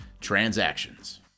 transactions